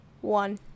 one